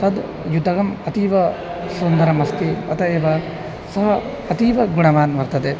तद् युतकम् अतीव सुन्दरम् अस्ति अतः एव सः अतीव गुणवान् वर्तते